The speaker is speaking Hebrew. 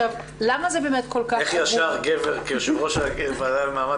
איך ישר גבר כיושב-ראש הוועדה למעמד